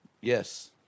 Yes